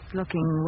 looking